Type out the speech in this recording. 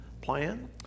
plan